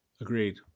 agreed